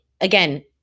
Again